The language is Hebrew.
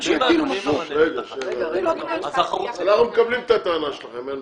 אין בעיה, אנחנו מקבלים את הטענה שלכם.